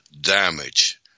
damage